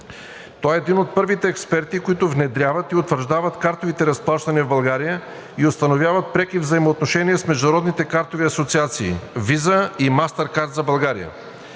Той е един от първите експерти, които внедряват и утвърждават картовите разплащания в България и установяват преки взаимоотношения с международните картови асоциации – VISA и Mastercard, за България.